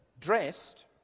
dressed